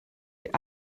wie